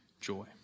joy